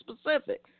specific